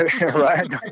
right